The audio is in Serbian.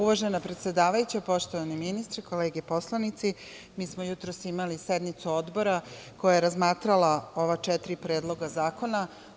Uvažena predsedavajuća, poštovani ministri, kolege poslanici, mi smo jutros imali sednicu Odbora koja je razmatrala ova četiri predloga zakona.